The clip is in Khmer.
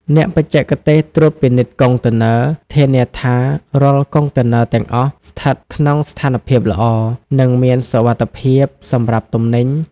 អ្នកបច្ចេកទេសត្រួតពិនិត្យកុងតឺន័រ ធានាថារាល់កុងតឺន័រទាំងអស់ស្ថិតក្នុងស្ថានភាពល្អ និងមានសុវត្ថិភាពសម្រាប់ទំនិញ។